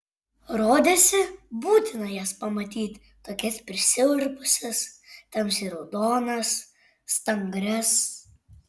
rodėsi būtina jas pamatyti tokias prisirpusias tamsiai raudonas stangrias